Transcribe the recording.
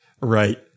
Right